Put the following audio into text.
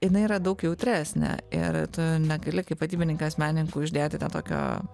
jinai yra daug jautresnė ir tu negali kaip vadybininkas menininkui uždėti ten tokio